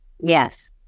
Yes